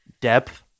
Depth